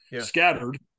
scattered